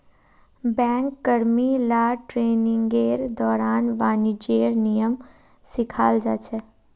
bank कर्मि ला ट्रेनिंगेर दौरान वाणिज्येर नियम सिखाल जा छेक